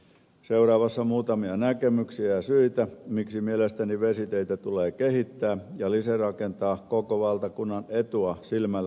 seuraavassa muutamia näkemyksiä ja syitä miksi mielestäni vesiteitä tulee kehittää ja lisärakentaa koko valtakunnan etua silmällä pitäen